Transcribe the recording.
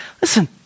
listen